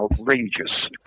outrageous